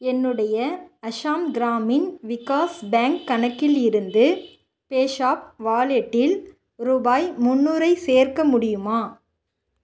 என்னுடைய அஷாம் கிராமின் விகாஸ் பேங்க் கணக்கில் இருந்து பேஸாப் வாலெட்டில் ரூபாய் முன்னூறை சேர்க்க முடியுமா